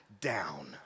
down